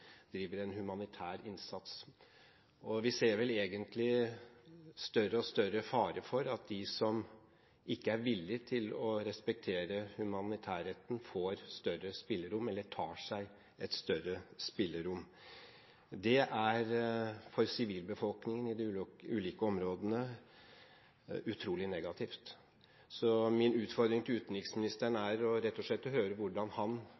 driver humanitær innsats. Vi ser vel egentlig at det er større og større fare for at de som ikke er villig til å respektere humanitærretten, får større spillerom eller tar seg et større spillerom. Det er utrolig negativt for sivilbefolkningen i de ulike områdene. Min utfordring til utenriksministeren er rett og slett: Hvordan ser han